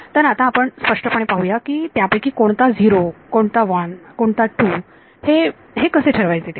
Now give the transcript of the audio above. तर आता आपण स्पष्टपणे पाहूया की की त्यापैकी कोणता 0 कोणता 1 कोणता 2 हे हे कसे ठरवायचे ते